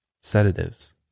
sedatives